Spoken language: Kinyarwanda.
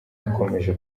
ikomeje